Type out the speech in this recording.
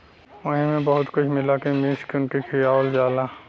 वही मे बहुत कुछ मिला के मीस के उनके खियावल जाला